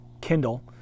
Kindle